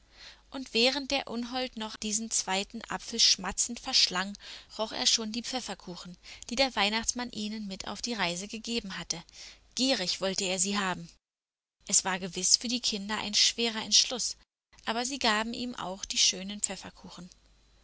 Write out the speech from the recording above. und während der unhold noch diesen zweiten apfel schmatzend verschlang roch er schon die pfefferkuchen die der weihnachtsmann ihnen mit auf die reise gegeben hatte gierig wollte er sie haben es war gewiß für die kinder ein schwerer entschluß aber sie gaben ihm auch die schönen pfefferkuchen